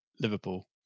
Liverpool